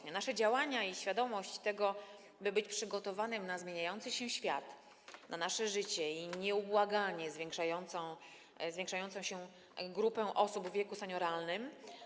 Nasze działania i świadomość tego, by być przygotowanym na zmieniający się świat, na nasze życie i na nieubłaganie zwiększającą się grupę osób w wieku senioralnym.